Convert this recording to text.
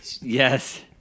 Yes